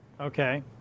Okay